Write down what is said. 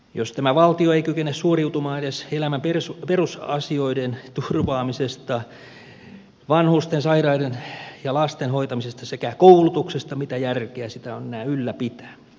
jos tämä valtio ei kykene suoriutumaan edes elämän perusasioiden turvaamisesta vanhusten sairaiden ja lasten hoitamisesta sekä koulutuksesta mitä järkeä sitä on enää ylläpitää